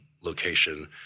location